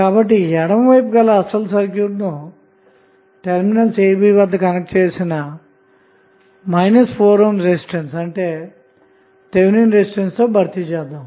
కాబట్టి ఎడమ వైపు గల అసలు సర్క్యూట్ ను టెర్మినల్స్ ab ల వద్ద కనెక్ట్ చేసిన 4 ohm రెసిస్టెన్స్ అంటే థెవినిన్ రెసిస్టెన్స్ తో భర్తీ చేద్దాము